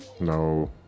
No